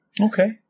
Okay